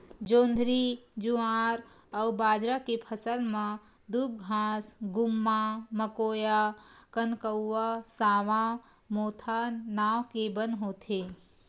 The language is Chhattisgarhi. जोंधरी, जुवार अउ बाजरा के फसल म दूबघास, गुम्मा, मकोया, कनकउवा, सावां, मोथा नांव के बन होथे